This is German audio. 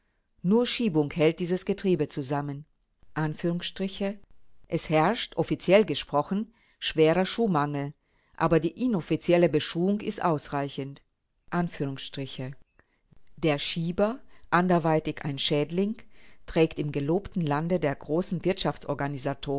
nur schiebung hält dieses getriebe zusammen es herrscht offiziell gesprochen schwerer schuhmangel aber die inoffizielle beschuhung ist ausreichend der schieber anderweitig ein schädling trägt im gelobten lande der großen